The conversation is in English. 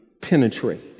penetrate